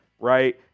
right